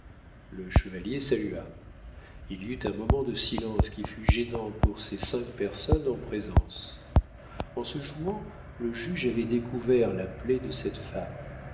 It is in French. le chevalier salua il y eut un moment de silence qui fut gênant pour ces cinq personnes en présence en se jouant le juge avait découvert la plaie de cette femme